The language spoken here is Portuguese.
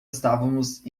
estamos